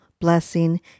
blessing